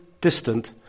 distant